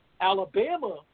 Alabama